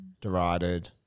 derided